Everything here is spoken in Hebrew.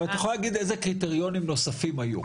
אבל את יכולה להגיד איזה קריטריונים נוספים היו.